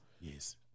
yes